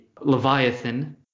Leviathan